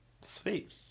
sweet